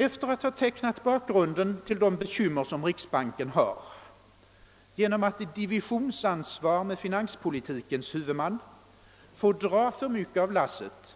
Efter att nu ha tecknat bakgrunden till de bekymmer riksbanken har genom att i divisionsansvar med finanspolitikens huvudman få dra för mycket av lasset